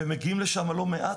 ומגיעים לשם לא מעט.